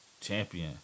champion